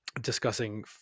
discussing